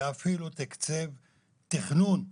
ואפילו תקצב תכנון,